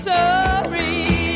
Sorry